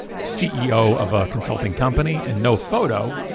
ceo of a consulting company and no photo,